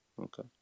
Okay